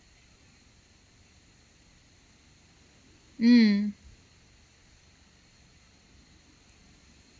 mm